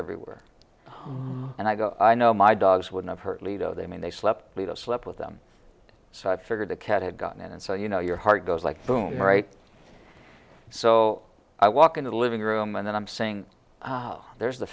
everywhere and i go i know my dogs wouldn't hurt lito they mean they slept leda slept with them so i figured the cat had gotten in and so you know your heart goes like boom right so i walk into the living room and then i'm saying there's the